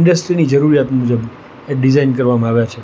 ઇન્ડસ્ટ્રીની જરૂરિયાત મુજબ ડિઝાઇન કરવામાં આવ્યા છે